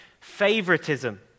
favoritism